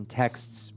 texts